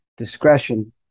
Discretion